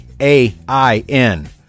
A-I-N